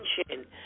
attention